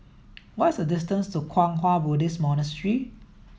what is the distance to Kwang Hua Buddhist Monastery